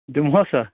دِمہوس